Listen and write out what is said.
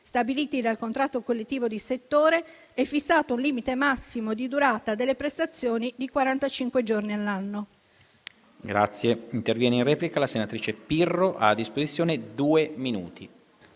stabiliti dal contratto collettivo di settore ed è fissato un limite massimo di durata delle prestazioni di quarantacinque giorni all'anno.